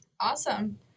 Awesome